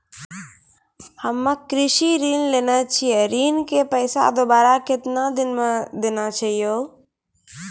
हम्मे कृषि ऋण लेने छी ऋण के पैसा दोबारा कितना दिन मे देना छै यो?